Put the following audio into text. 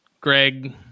Greg